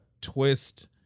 twist